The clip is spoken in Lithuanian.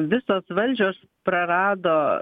visos valdžios prarado